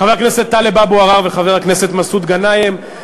חבר הכנסת טלב אבו עראר וחבר הכנסת מסעוד גנאים,